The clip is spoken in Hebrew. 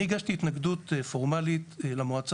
אני הגשתי התנגדות פורמלית למועצה